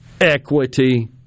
equity